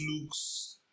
looks